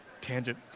Tangent